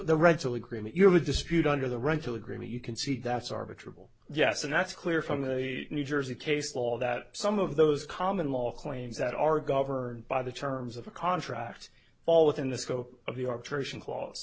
the rights of the rental agreement you have a dispute under the rental agreement you concede that's arbitron yes and that's clear from the new jersey case law that some of those common law claims that are governed by the terms of a contract fall within the scope of the arbitration cla